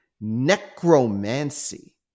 necromancy